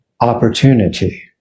opportunity